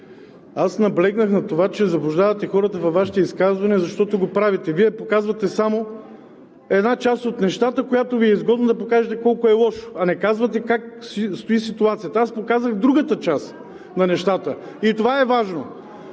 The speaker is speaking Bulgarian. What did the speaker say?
Аз наблегнах на това, че заблуждавате хората във Вашите изказвания, защото го правите. Вие показвате само една част от нещата, която Ви е изгодно да покажете – колко е лошо, а не казвате как стои ситуацията. Аз показах другата част на нещата, и това е важно.